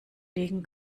legen